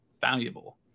valuable